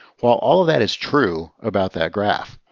while all of that is true about that graph,